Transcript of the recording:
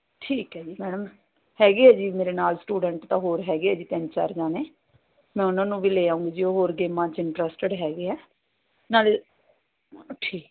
ਠੀਕ ਹੈ ਜੀ ਮੈਮ ਹੈਗੇ ਆ ਜੀ ਮੇਰੇ ਨਾਲ ਸਟੂਡੈਂਟ ਤਾਂ ਹੋਰ ਹੈਗੇ ਆ ਜੀ ਤਿੰਨ ਚਾਰ ਜਾਣੇ ਮੈਂ ਉਹਨਾਂ ਨੂੰ ਵੀ ਲੈ ਆਉਂਗੀ ਉਹ ਹੋਰ ਗੇਮਾਂ 'ਚ ਇੰਟਰਸਟਿਡ ਹੈਗੇ ਹੈ ਨਾਲੇ ਠੀ